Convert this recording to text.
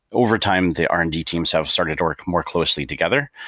over time the r and d teams have started to work more closely together.